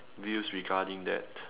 views regarding that